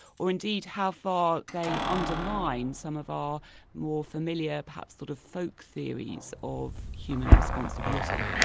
or indeed how far they undermine some of our more familiar, perhaps sort of folk theories of human responsibility.